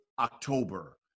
October